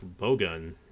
bowgun